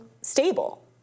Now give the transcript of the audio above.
stable